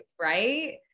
Right